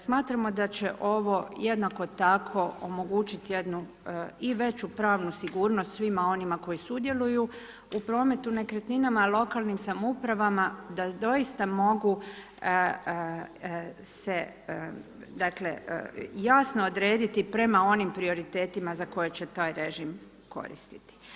Smatramo da će ovo jednako tako omogućiti jednu i veću pravnu sigurnost svima onima koji sudjeluju u prometu nekretninama, lokalnim samoupravama da doista mogu se dakle, jasno odrediti prema onim prioritetima za koje će taj režim koristiti.